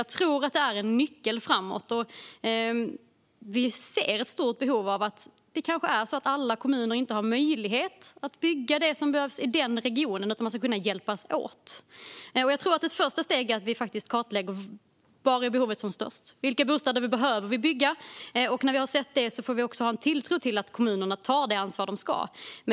Jag tror att den är en nyckel framöver. Vi ser ett stort behov, och alla kommuner kanske inte har möjlighet att bygga det som behövs i den regionen. Man kanske ska kunna hjälpas åt. Jag tror att ett första steg är att kartlägga var behovet är som störst och vilka bostäder vi behöver bygga. När vi har sett det får vi ha tilltro till att kommunerna tar det ansvar de ska.